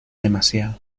demasiado